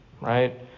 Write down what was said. Right